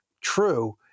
true